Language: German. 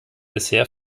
bisher